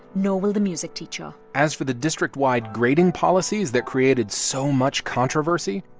nor will the music teacher as for the district-wide grading policies that created so much controversy,